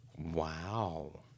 Wow